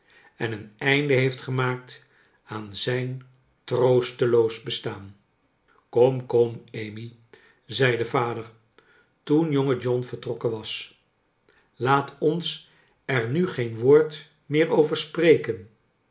en een einde heeft gemaakt aan zijn troosteloos bestaan kom kom amy zei de vader toon jonge john vertrokken was laat ons er nu geen woord meer over spreken